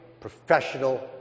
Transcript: professional